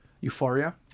Euphoria